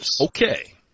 Okay